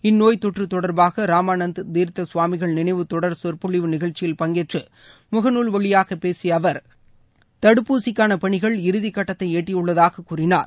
இந்நோய் தொற்று தொடர்பாக ராமானந்த் தீர்த்த சுவமிகள் நினைவு தொடர் சொற்பொழிவு நிகழ்ச்சியில் பங்கேற்று முகநூல் வழியாக பேசிய அவர் தடுப்பூசிக்கான பணிகள் இறுதி கட்டத்தை எட்டியுள்ளதாக கூறினார்